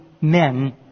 men